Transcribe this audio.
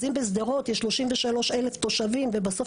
אז אם בשדרות יש 33,000 תושבים ובסוף